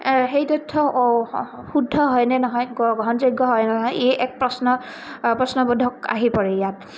সেই তথ্য শুদ্ধ হয় নে নহয় গ্ৰহণযোগ্য হয় নে নহয় এই এক প্ৰশ্ন প্ৰশ্নবোধক আহি পৰে ইয়াত